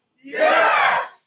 Yes